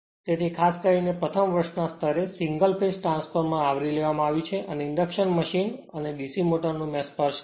તેથી ખાસ કરીને પ્રથમ વર્ષના સ્તરે સિંગલ ફેજ ટ્રાન્સફોર્મર આવરી લેવામાં આવ્યું છે અને ઇન્ડક્શન મશીન અને DC મોટર નો મેં સ્પર્શ કર્યો છે